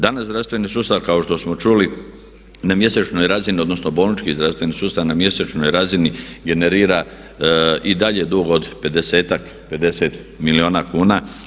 Danas zdravstveni sustav kako što smo čuli na mjesečnoj razini, odnosno bolnički zdravstveni sustav na mjesečnoj razini generira i dalje dug od 50tak, 50 milijuna kuna.